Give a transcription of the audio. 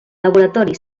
laboratori